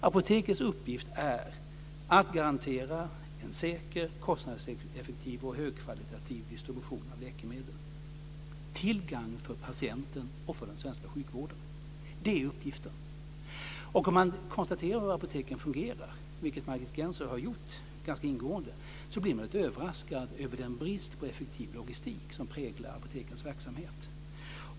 Apotekets uppgift är att garantera en säker, kostnadseffektiv och högkvalitativ distribution av läkemedel, till gagn för patienten och för den svenska sjukvården. Det är uppgiften. Om man konstaterar hur apoteken fungerar, vilket Margit Gennser har gjort ganska ingående, blir man lite överraskad över den brist på effektiv logistik som präglar apotekens verksamhet.